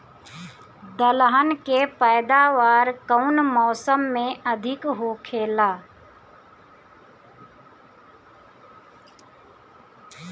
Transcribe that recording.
दलहन के पैदावार कउन मौसम में अधिक होखेला?